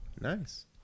nice